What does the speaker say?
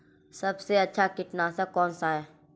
सबसे अच्छा कीटनाशक कौनसा है?